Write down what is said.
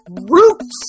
Roots